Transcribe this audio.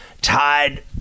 Tied